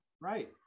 Right